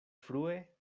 frue